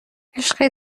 عشق